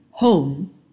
Home